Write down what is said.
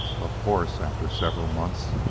of course, after several months,